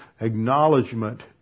acknowledgement